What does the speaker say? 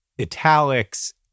italics